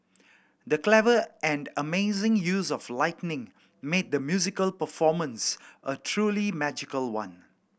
the clever and amazing use of lighting made the musical performance a truly magical one